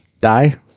die